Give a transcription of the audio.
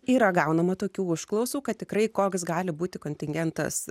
yra gaunama tokių užklausų kad tikrai koks gali būti kontingentas